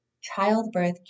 childbirth